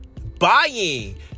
buying